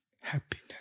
happiness